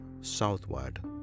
southward